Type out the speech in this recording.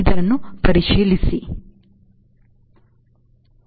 ಇದನ್ನು ಪರಿಶೀಲಿಸು